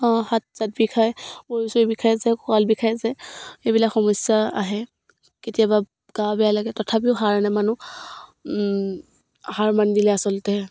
হাত চাত বিষায় ভৰি চৰি বিষাই যায় কঁকাল বিষাই যায় এইবিলাক সমস্যা আহে কেতিয়াবা গা বেয়া লাগে তথাপিও হাৰ নামানো হাৰ মান দিলে আচলতে